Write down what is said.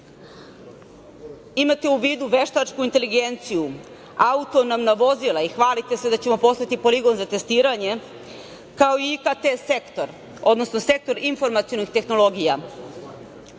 imate u vidu veštačku inteligenciju, autonomna vozila i hvalite se da ćemo postati poligon za testiranje, kao i IKT sektor, odnosno sektor informativnih tehnologija.